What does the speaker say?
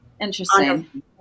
Interesting